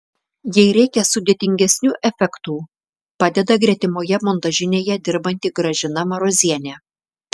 jei reikia sudėtingesnių efektų padeda gretimoje montažinėje dirbanti gražina marozienė